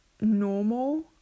normal